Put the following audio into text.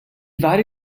vari